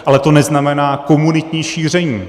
Ale to neznamená komunitní šíření.